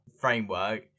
framework